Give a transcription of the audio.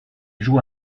joue